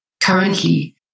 currently